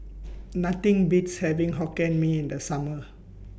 Nothing Beats having Hokkien Mee in The Summer